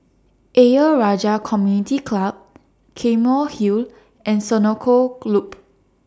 Ayer Rajah Community Club Claymore Hill and Senoko Loop